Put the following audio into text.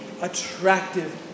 attractive